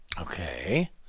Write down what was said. Okay